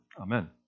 Amen